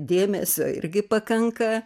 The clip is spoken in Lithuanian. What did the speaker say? dėmesio irgi pakanka